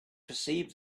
perceived